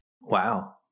wow